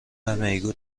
میگو